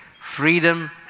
freedom